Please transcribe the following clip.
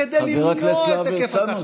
כדי למנוע את היקף התחלואה.